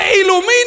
ilumina